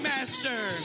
Master